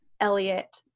Elliot